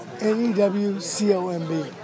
N-E-W-C-O-M-B